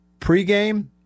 pregame